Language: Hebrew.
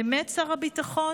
באמת, שר הביטחון?